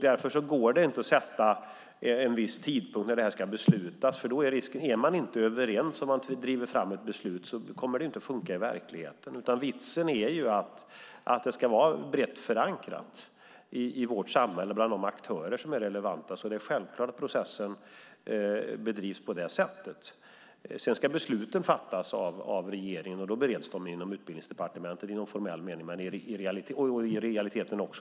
Därför går det inte att sätta en viss tidpunkt när det här ska beslutas, för är man inte överens om det beslut vi driver fram kommer det inte att funka i verkligheten. Vitsen är ju att det ska vara brett förankrat i vårt samhälle och bland de aktörer som är relevanta. Det är alltså självklart att processen bedrivs på det sättet. Sedan ska besluten fattas av regeringen, och då bereds de inom Utbildningsdepartementet i någon formell mening och även i realiteten.